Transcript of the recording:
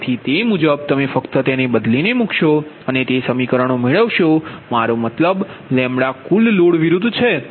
તેથી તે મુજબ તમે ફક્ત તેને બદલીને મૂકશો અને તે સમીકરણો મેળવશો મારો મતલબ કુલ લોડ વિરુદ્ધ છે